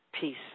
Peace